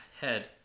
head